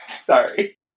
Sorry